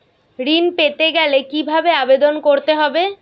ঋণ পেতে গেলে কিভাবে আবেদন করতে হবে?